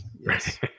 yes